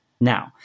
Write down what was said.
Now